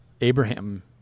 Abraham